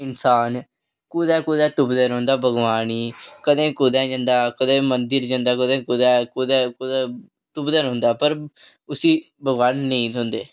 इन्सान कुदै कुदै तुप्पदा रौहंदा भगवान गी कदें कुदै जंदा कदें मंदिर जंदा कदें कुदै कुदै कुदै तुप्पदे रौहंदा पर उसी भगवान नेईं थ्होंदे